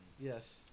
Yes